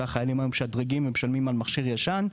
והחיילים היו משדרגים ומשלמים על מכשיר ישן.